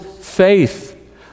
faith